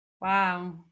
Wow